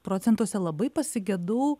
procentuose labai pasigedau